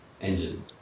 Engine